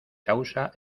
causa